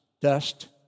dust